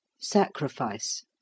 sacrifice